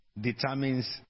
determines